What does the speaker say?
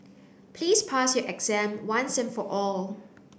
please pass your exam once and for all